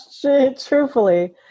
Truthfully